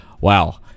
Wow